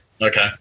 Okay